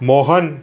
Mohan